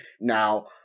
Now